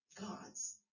gods